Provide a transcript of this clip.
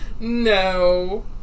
no